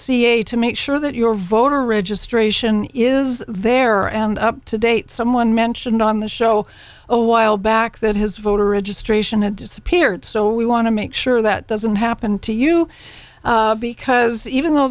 ca to make sure that your voter registration is there and up to date someone mentioned on the show a while back that his voter registration had disappeared so we want to make sure that doesn't happen to you because even though